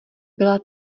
byla